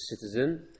citizen